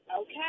Okay